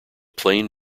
plain